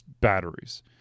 batteries